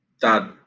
dad